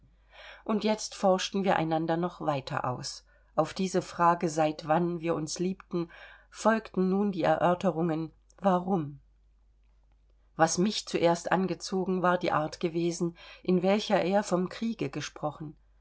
und jetzt forschten wir einander noch weiter aus auf diese frage seit wann wir uns liebten folgten nun die erörterungen warum was mich zuerst angezogen war die art gewesen in welcher er vom kriege gesprochen